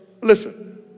listen